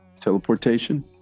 teleportation